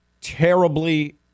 terribly